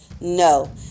No